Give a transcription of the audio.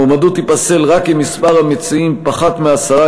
המועמדות תיפסל רק אם מספר המציעים פחת מעשרה